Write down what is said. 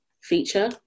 feature